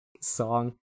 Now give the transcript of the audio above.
song